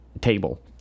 table